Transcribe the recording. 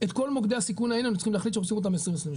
את כל מוקדי הסיכון האלה אנחנו צריכים להחליט שעושים אותם ב-2022-2021.